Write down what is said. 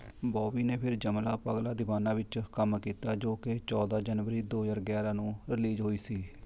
ਬੋਬੀ ਨੇ ਫਿਰ ਯਮਲਾ ਪਗਲਾ ਦੀਵਾਨਾ ਵਿੱਚ ਕੰਮ ਕੀਤਾ ਜੋ ਕਿ ਚੌਦਾਂ ਜਨਵਰੀ ਦੋ ਹਜ਼ਾਰ ਗਿਆਰਾਂ ਨੂੰ ਰਿਲੀਜ਼ ਹੋਈ ਸੀ